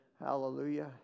Hallelujah